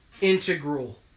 integral